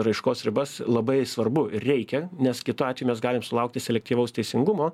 raiškos ribas labai svarbu ir reikia nes kitu atveju mes galim sulaukti selektyvaus teisingumo